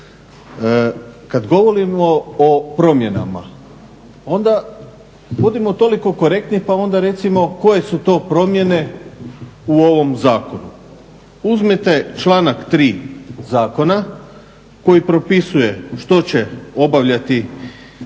Kad govorimo o promjenama onda budimo toliko korektni pa onda recimo koje su to promjene u ovom zakonu. Uzmite članak 3. zakona koji propisuje što će obavljati inspektori